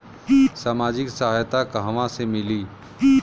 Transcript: सामाजिक सहायता कहवा से मिली?